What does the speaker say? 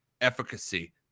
efficacy